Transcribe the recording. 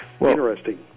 interesting